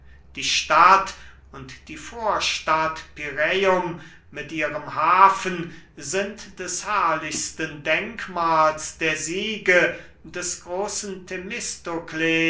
die stadt und die vorstadt pyräum mit ihrem hafen sind des herrlichsten denkmahls der siege des großen